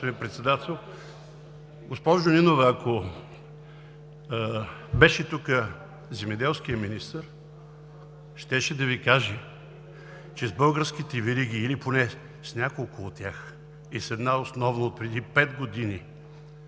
Госпожо Нинова, ако беше тук земеделският министър, щеше да Ви каже, че с българските вериги или поне с няколко от тях – с една основно, отпреди пет години